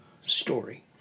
story